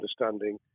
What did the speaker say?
understanding